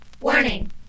Warning